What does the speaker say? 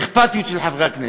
אכפתיות של חברי הכנסת.